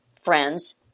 friends